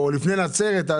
לפני בתי החולים בנצרת.